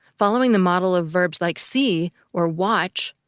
following the model of verbs like see or watch,